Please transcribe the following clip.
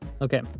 Okay